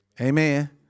Amen